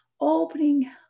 opening